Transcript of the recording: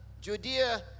Judea